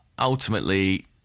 Ultimately